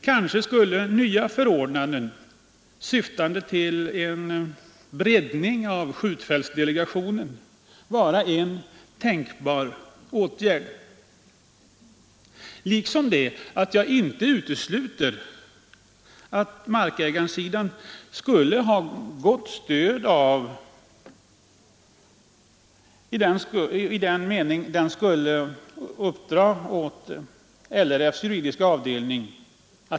Kanske skulle nya förordnanden, syftande till en breddning av skjutfältsdelegationen, vara en tänkbar åtgärd. Jag utesluter inte heller att markägarsidan skulle kunna ha gott stöd vid förhandlingarna av LRF:s juridiska avdelning.